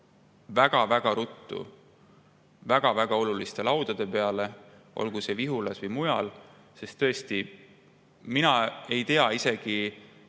väga-väga ruttu väga-väga oluliste laudade peale, olgu see Vihulas või mujal. Sest tõesti, mina ei tea isegi